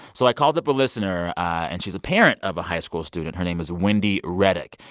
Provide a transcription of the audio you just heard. so i called up a listener, and she's a parent of a high school student. her name is wendy reddock.